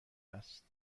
است